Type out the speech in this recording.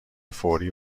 فوری